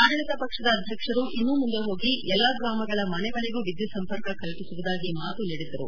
ಆಡಳಿತ ಪಕ್ಷದ ಅಧ್ಯಕ್ಷರು ಇನ್ನೂ ಮುಂದೆ ಹೋಗಿ ಎಲ್ಲಾ ಗ್ರಾಮಗಳ ಮನೆ ಮನೆಗೂ ವಿದ್ಯುತ್ ಸಂಪರ್ಕ ಕಲ್ಪಿಸುವುದಾಗಿ ಮಾತು ನೀಡಿದ್ದರು